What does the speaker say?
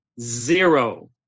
Zero